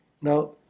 Now